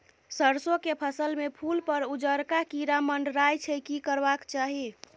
सरसो के फसल में फूल पर उजरका कीरा मंडराय छै की करबाक चाही?